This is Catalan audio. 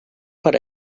per